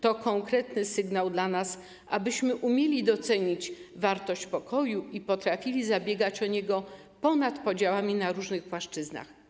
To konkretny sygnał dla nas, abyśmy umieli docenić wartość pokoju i potrafili zabiegać o niego ponad podziałami na różnych płaszczyznach.